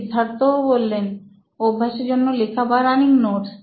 সিদ্ধার্থ অভ্যাসের জন্য লেখা বা রানিং নোটস